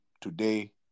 today